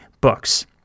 books